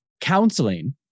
counseling